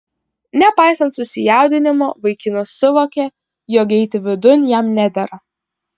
nepaisant susijaudinimo vaikinas suvokė jog eiti vidun jam nedera